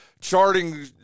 charting